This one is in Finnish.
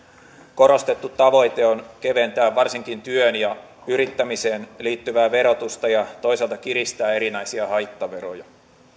korostettu tavoite on keventää varsinkin työhön ja yrittämiseen liittyvää verotusta ja toisaalta kiristää erinäisiä haittaveroja